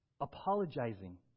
Apologizing